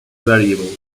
variables